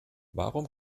warum